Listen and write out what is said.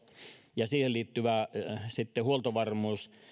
ja siihen liittyvät huoltovarmuus